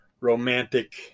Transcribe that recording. romantic